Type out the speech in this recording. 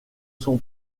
son